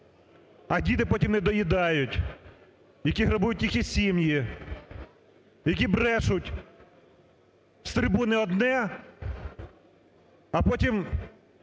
а діти потім не доїдають, які грабують їхні сім'ї, які брешуть з трибуни одне, а потім